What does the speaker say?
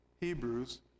Hebrews